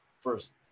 first